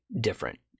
different